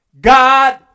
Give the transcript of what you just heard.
God